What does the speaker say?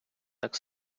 так